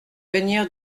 venir